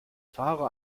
fahre